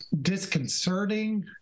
disconcerting